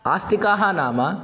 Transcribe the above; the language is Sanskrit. आस्तिकाः नाम